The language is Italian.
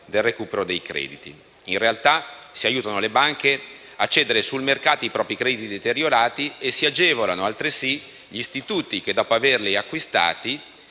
il recupero dei crediti. In realtà si aiutano le banche a cedere sul mercato i propri crediti deteriorati e si agevolano altresì gli istituti che, dopo averli acquistati,